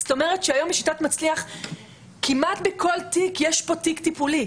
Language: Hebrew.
זאת אומרת שהיום בשיטת מצליח כמעט בכל תיק יש פה תיק טיפולי,